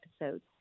episodes